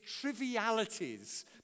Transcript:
trivialities